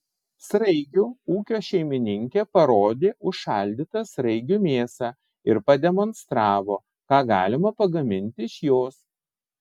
sraigių ūkio šeimininkė parodė užšaldytą sraigių mėsą ir pademonstravo ką galima pagaminti iš jos